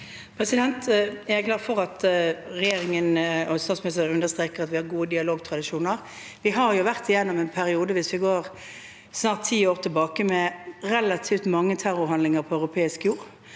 Jeg er glad for at regjer- ingen og statsministeren understreker at vi har gode dialogtradisjoner. Vi har vært igjennom en periode, hvis vi ser ti år tilbake, med relativt mange terrorhandlinger på europeisk jord.